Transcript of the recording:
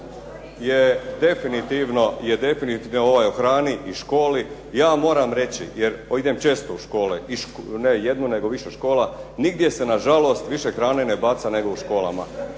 je definitivno ovaj o hrani i školi. Ja moram reći jer idem često u škole, ne jednu nego više škola, nigdje se na žalost više hrane ne baca nego u školama.